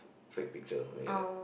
fake picture or something like that